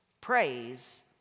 Praise